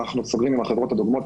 אנחנו סוגרים עם החברות הדוגמות,